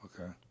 Okay